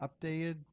updated